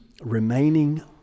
remaining